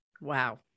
Wow